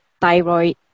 Thyroid